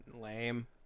Lame